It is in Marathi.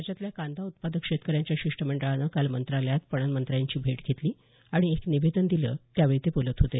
राज्यातल्या कांदा उत्पादक शेतकऱ्यांच्या शिष्टमंडळानं काल मंत्रालयात पणन मंत्री सुभाष देशमुख यांची भेट घेऊन एक निवेदन दिलं त्यावेळी ते बोलत होते